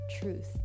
truth